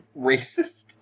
Racist